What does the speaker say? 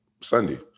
Sunday